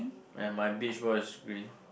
and my beach ball is green